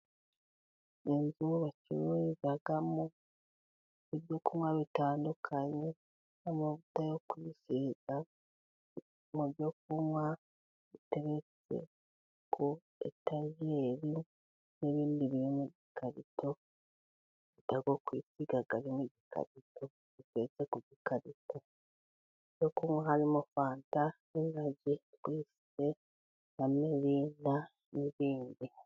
Inzu bacururizamo ibyo kunywa bitandukanye n'amavuta yo kwisiga. Mu byo kunywa biteretse ku etajeri n'ibindi biri mu ikarito. Amavuta yo kwisiga arinmu gikarito. Ibyo kunywa harimo fanta, enajyi, tuwisite na mirinda n'iibindi.